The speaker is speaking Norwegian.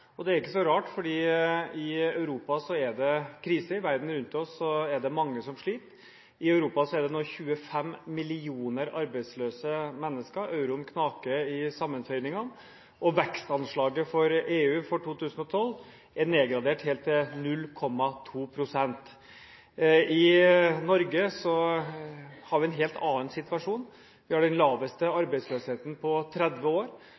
2012. Det er ikke så rart, fordi i Europa er det krise, og i verden rundt oss er det mange som sliter. I Europa er det nå 25 millioner arbeidsløse mennesker. Euroen knaker i sammenføyningene, og vekstanslaget for EU for 2012 er nedgradert helt til 0,2 pst. I Norge har vi en helt annen situasjon. Vi har den laveste arbeidsløsheten på 30 år.